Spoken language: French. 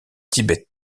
tibet